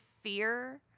fear